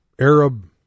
Arab